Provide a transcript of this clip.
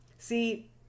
See